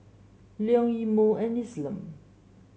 Leon Imo and Isom